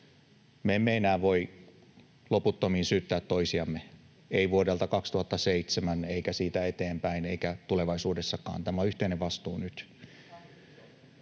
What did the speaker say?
Me emme enää voi loputtomiin syyttää toisiamme, emme vuodesta 2007 emmekä siitä eteenpäin, emmekä tulevaisuudessakaan. Tämä on yhteinen vastuu nyt.